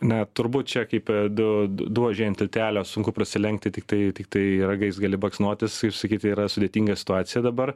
na turbūt čia kaip du du ožiai ant tiltelio sunku prasilenkti tiktai tiktai ragais gali baksnotis kaip sakyti yra sudėtinga situacija dabar